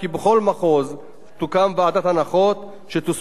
שתוסמך לקבוע הנחות או פטורים מתשלום אגרה,